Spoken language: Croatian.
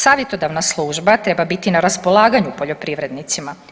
Savjetodavna služba treba biti na raspolaganju poljoprivrednicima.